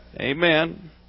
Amen